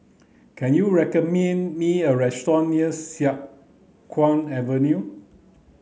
can you me a restaurant near Siang Kuang Avenue